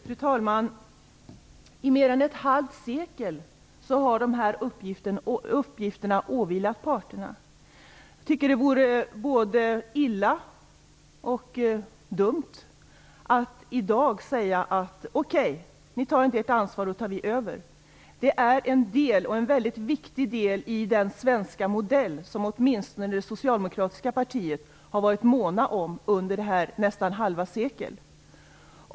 Fru talman! I mer än ett halvt sekel har de här uppgifterna åvilat parterna. Jag tycker att det vore både illa och dumt att i dag säga: Okej, ni tar inte ert ansvar, då tar vi över. Det är en del, och en väldigt viktig del, i den svenska modell som åtminstone det socialdemokratiska partiet har månat om under detta halva sekel.